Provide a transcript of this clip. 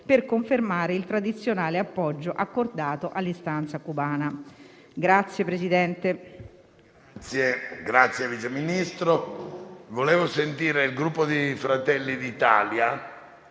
per confermare il tradizionale appoggio accordato all'istanza cubana.